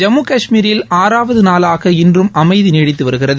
ஜம்மு கஷ்மீரில் ஆறாவத நாளாக இன்றும் அமைதி நீடித்து வருகிறது